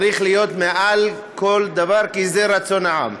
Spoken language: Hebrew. צריך להיות מעל כל דבר, כי זה רצון העם.